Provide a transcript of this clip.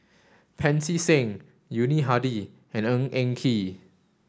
Pancy Seng Yuni Hadi and Ng Eng Kee